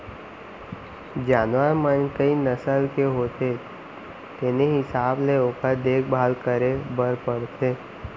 जानवर मन कई नसल के होथे तेने हिसाब ले ओकर देखभाल करे बर परथे